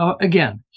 again